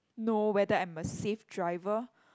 know whether I'm a safe driver